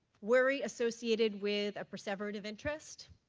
worry associated with a per servetive interest,